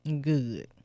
Good